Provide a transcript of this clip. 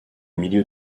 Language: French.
milieu